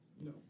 No